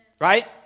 Right